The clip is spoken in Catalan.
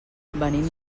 venim